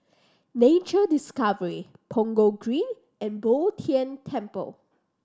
Nature Discovery Punggol Green and Bo Tien Temple